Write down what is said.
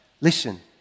listen